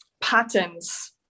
patterns